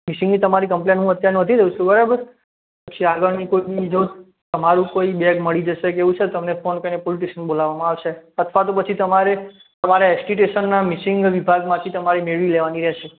મિસિંગની તમારી કમ્પ્લેઇન હું અત્યારે નોંધી દઉં છું બરાબર પછી આગળની કોઈકની જો તમારું કોઈ બેગ મળી જશે કે એવું હશે તો તમને ફોન કરીને પોલીસ સ્ટેશને બોલાવવામાં આવશે અથવા તો પછી તમારે તમારે એસ ટી સ્ટેશનના મિસિંગ વિભાગમાંથી મેળવી લેવાની રહેશે